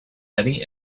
heavy